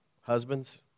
Husbands